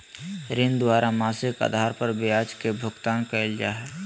ऋणी द्वारा मासिक आधार पर ब्याज के भुगतान कइल जा हइ